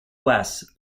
west